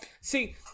See